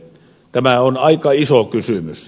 tämä on aika iso kysymys